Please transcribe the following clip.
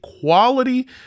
quality